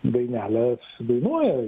dainelę dainuoja